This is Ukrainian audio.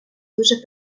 дуже